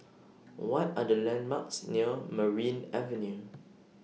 What Are The landmarks near Merryn Avenue